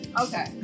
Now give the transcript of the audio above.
Okay